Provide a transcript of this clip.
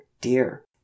dear